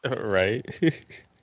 right